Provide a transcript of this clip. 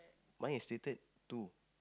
my is stated two